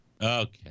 Okay